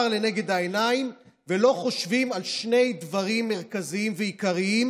לנגד העיניים ולא חושבים על שני דברים מרכזיים ועיקריים